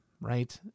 right